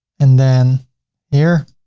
and then here,